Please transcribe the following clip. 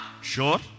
Sure